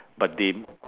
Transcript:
but then